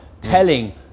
telling